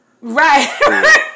Right